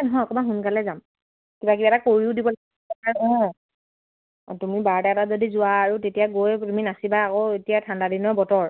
এই নহয় অকণমান সোনকালে যাম কিবা কিবা এটা কৰিও দিব অঁ অঁ তুমি বাৰটা এটাত যদি যোৱা আৰু তেতিয়া গৈ তুমি নাচিবা আকৌ এতিয়া ঠাণ্ডা দিনৰ বতৰ